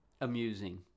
amusing